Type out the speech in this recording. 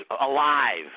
alive